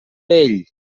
ell